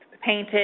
painted